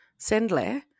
Sendler